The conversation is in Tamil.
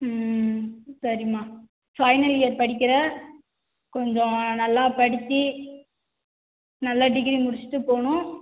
ம் சரிம்மா பைனல் இயர் படிக்கிற கொஞ்சம் நல்லா படித்து நல்லா டிகிரி முடிச்சுட்டு போகணும்